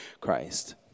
Christ